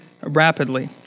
rapidly